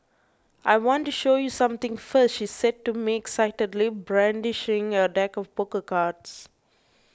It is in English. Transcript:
I want to show you something first she said to me excitedly brandishing a deck of poker cards